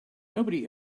nobody